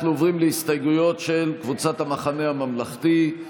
אנחנו עוברים להסתייגויות של קבוצת המחנה הממלכתי.